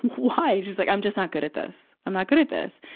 why? she's like, i'm just not good at this. i'm not good at this.